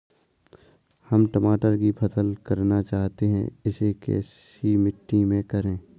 हम टमाटर की फसल करना चाहते हैं इसे कैसी मिट्टी में करें?